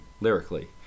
lyrically